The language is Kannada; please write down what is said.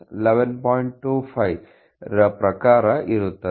25 ರ ಪ್ರಕಾರ ಇರುತ್ತದೆ